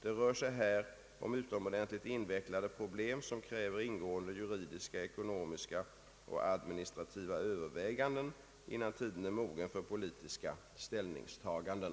Det rör sig här om utomordentligt invecklade problem som kräver ingående juridiska, ekonomiska och administrativa överväganden innan tiden är mogen för politiska ställningstaganden.